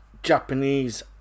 japanese